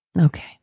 Okay